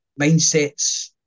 mindsets